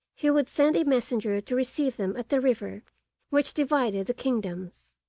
he would send a messenger to receive them at the river which divided the kingdoms.